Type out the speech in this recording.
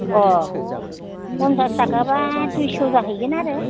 अ पन्सास ताकाबा दुइस' जाहैगोन आरो